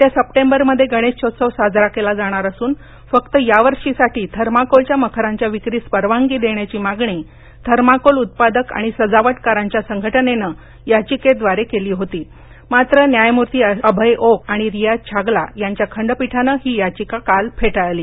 येत्या सप्टेंबरमध्ये गणेशोत्सव साजरा केला जाणार असून फक्त यावर्षीसाठी थर्माकोलच्या मखरांच्या विक्रीस परवानगी देण्याची मागणी थर्माकोल उत्पादक आणि सजावटकरांच्या संघटनेनं याचिकेड्वारे केली होती मात्र न्यायमूर्ती अभय ओक आणि रियाझ छागला यांच्या खंडपीठानं ही याचिका काल फेटाळली